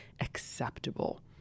acceptable